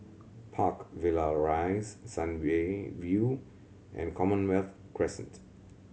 Park Villa Rise Sun Way View and Commonwealth Crescent